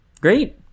great